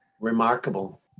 remarkable